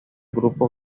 grupo